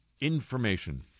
information